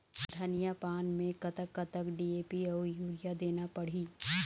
धनिया पान मे कतक कतक डी.ए.पी अऊ यूरिया देना पड़ही?